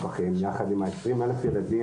אני חושב שהוא תהליך דרמטי.